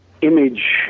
image